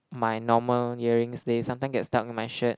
my normal earrings they sometime get stuck in my shirt